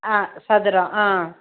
ஆ சதுரம் ஆ